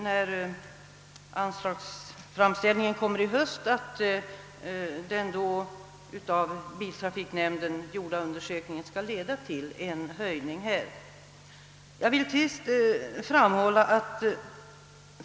När anslagsframställningen kommer i höst, hoppas jag att den av biltrafiknämnden gjorda undersökningen skall leda till en höjning härvidlag.